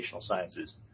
sciences